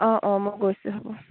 অঁ অঁ মই গৈছোঁ হ'ব